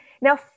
now